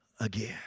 again